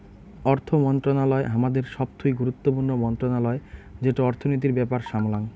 অর্থ মন্ত্রণালয় হামাদের সবথুই গুরুত্বপূর্ণ মন্ত্রণালয় যেটো অর্থনীতির ব্যাপার সামলাঙ